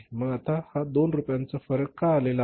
मग आता हा २ रुपयांचा फरक का आलेला आहे